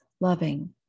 loving